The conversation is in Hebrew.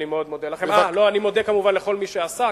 אני מודה לכל מי שעסק,